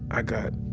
i got.